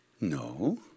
No